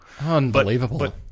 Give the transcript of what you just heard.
Unbelievable